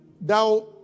thou